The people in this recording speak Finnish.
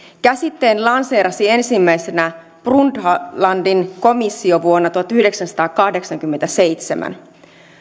käsitteen lanseerasi ensimmäisenä brundtlandin komissio vuonna tuhatyhdeksänsataakahdeksankymmentäseitsemän